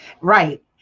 right